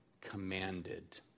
commanded